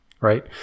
right